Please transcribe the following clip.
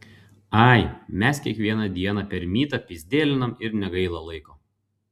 ai mes kiekvieną dieną per mytą pyzdėlinam ir negaila laiko